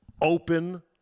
open